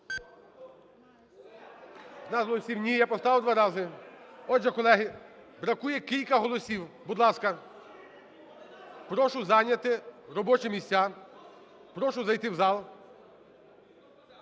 …… Я поставив два рази. Отже, колеги, бракує кілька голосів. Будь ласка, прошу зайняти робочі місця, прошу зайти в зал.